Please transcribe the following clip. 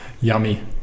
Yummy